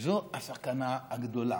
וזו הסכנה הגדולה.